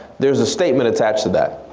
there's a statement attached to that.